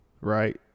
right